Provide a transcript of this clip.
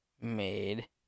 Made